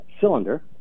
cylinder